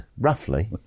roughly